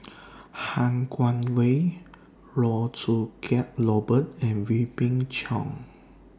Han Guangwei Loh Choo Kiat Robert and Wee Beng Chong